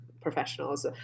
professionals